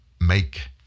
make